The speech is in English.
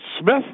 Smith